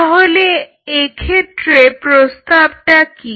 তাহলে এক্ষেত্রে প্রস্তাবটা কি